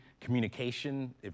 communication